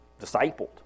discipled